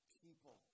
people